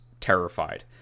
terrified